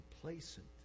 complacent